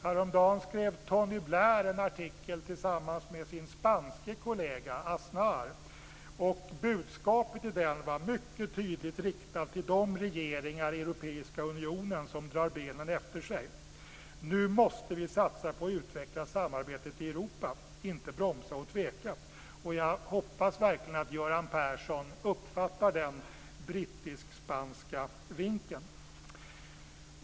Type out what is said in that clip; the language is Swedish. Häromdagen skrev Tony Blair en artikel tillsammans med sin spanske kollega, Aznar. Budskapet i den var mycket tydligt riktat till de regeringar i Europeiska unionen som drar benen efter sig: Nu måste vi satsa på att utveckla samarbetet i Europa, inte bromsa och tveka. Jag hoppas verkligen att Göran Persson uppfattar den brittisk-spanska vinken.